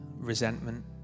Resentment